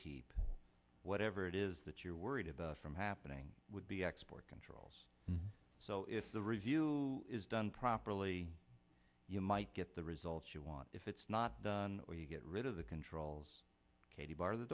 keep whatever it is that you're worried about from happening would be export controls so if the review is done properly you might get the result you want if it's not you get rid of the controls katie bar the